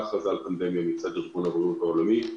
הכרזה על פנדמיה מצד ארגון הבריאות העולמית,